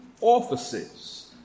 offices